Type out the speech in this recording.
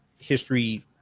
history